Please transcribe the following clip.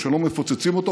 שלא מפוצצים אותו,